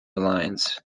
alliance